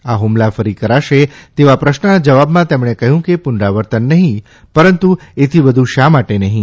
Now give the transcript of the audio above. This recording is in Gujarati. આ ફમલા ફરી કરાશે તેવા પ્રશ્નના જવાબમાં તેમણે કહ્યું કે પુનરાવર્તન નહીં પરંતુ એથી વધુ શા માટે નહીં